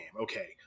okay